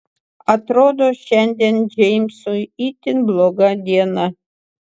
atrodo šiandien džeimsui itin bloga diena